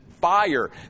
fire